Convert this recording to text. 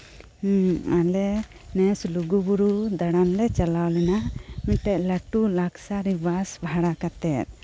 ᱦᱮᱸ ᱟᱞᱮ ᱱᱮᱥ ᱞᱩᱜᱩᱵᱩᱨᱩ ᱫᱟᱲᱟᱱᱞᱮ ᱪᱟᱞᱟᱣ ᱞᱮᱱᱟ ᱢᱤᱫᱴᱮᱡ ᱞᱟᱹᱴᱩ ᱞᱟᱠᱥᱟᱨᱤ ᱵᱟᱥ ᱵᱷᱟᱲᱟ ᱠᱟᱛᱮᱫ